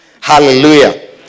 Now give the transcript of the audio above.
Hallelujah